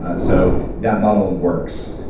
ah so that model works.